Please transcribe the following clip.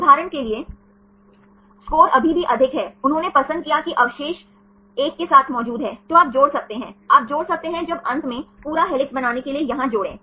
उदाहरण के लिए स्कोर अभी भी अधिक है उन्होंने पसंद किया कि अवशेष एक साथ मौजूद हैं तो आप जोड़ सकते हैं आप जोड़ सकते हैं जब अंत में पूरा हेलिक्स बनाने के लिए यहां जोड़ें